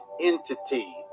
entity